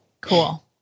Cool